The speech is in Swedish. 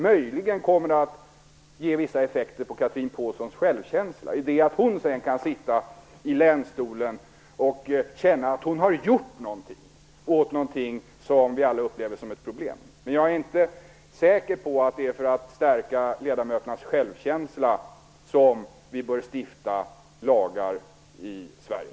Möjligen kommer det att ge vissa effekter på Chatrine Pålssons självkänsla i det att hon sedan kan sitta i länstolen och känna att hon har gjort någonting åt någonting som vi alla upplever som ett problem. Jag är inte säker på att det är för att stärka ledamöternas självkänsla som vi bör stifta lagar i Sverige.